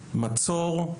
מצור,